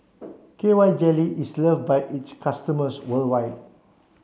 K Y jelly is love by its customers worldwide